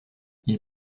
ils